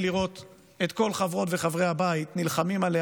לראות את כל חברות וחברי הבית נלחמים עליה,